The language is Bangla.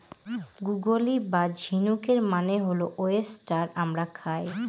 গুগলি বা ঝিনুকের মানে হল ওয়েস্টার আমরা খাই